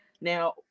Now